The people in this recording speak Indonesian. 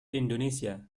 indonesia